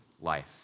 life